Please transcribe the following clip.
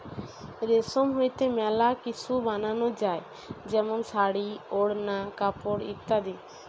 রেশম হইতে মেলা কিসু বানানো যায় যেমন শাড়ী, ওড়না, কাপড় ইত্যাদি